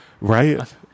Right